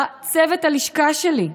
לצוות הלשכה שלי,